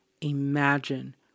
Imagine